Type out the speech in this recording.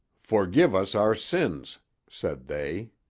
forgive us our sins said they.